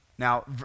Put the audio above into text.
Now